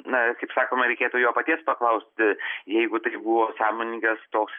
na kaip sakoma reikėtų jo paties paklausti jeigu tai buvo sąmoningas toks